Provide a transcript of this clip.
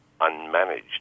unmanaged